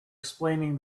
explaining